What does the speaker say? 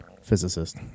physicist